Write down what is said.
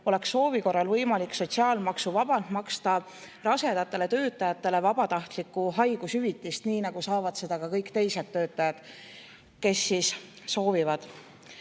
oleks soovi korral võimalik sotsiaalmaksuvabalt maksta rasedatele töötajatele vabatahtlikku haigushüvitist, nii nagu saavad seda kõik teised töötajad, kes soovivad. Ühiselt